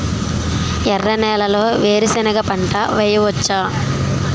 ఎర్ర నేలలో వేరుసెనగ పంట వెయ్యవచ్చా?